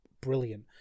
brilliant